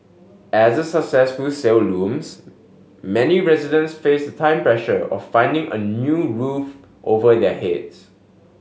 as the successful sale looms many residents face the time pressure of finding a new roof over their heads